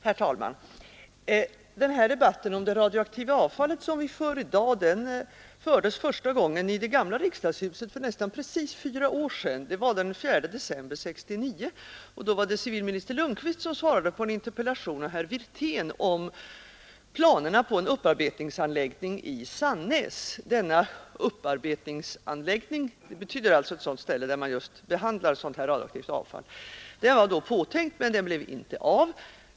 Herr talman! Den här debatten om det radioaktiva avfallet, som vi för i dag, fördes första gången i det gamla riksdagshuset för nästan precis fyra år sedan, den 4 december 1969. Då var det civilminister Lundkvist som svarade på en interpellation av herr Wirtén om planerna på en upparbetningsanläggning i Sannäs — en upparbetningsanläggning är ett sådant ställe där man behandlar radioaktivt avfall. Den var då påtänkt men den blev inte av.